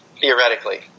theoretically